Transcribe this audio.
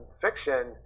fiction